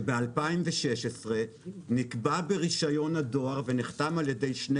ב-2016 נקבע ברישיון הדואר ונחתם על ידי שני